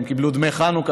הם קיבלו דמי חנוכה,